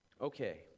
Okay